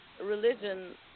religion